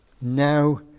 now